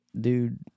Dude